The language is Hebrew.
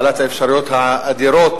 בעלת האפשרויות האדירות,